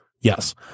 Yes